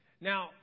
Now